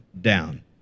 down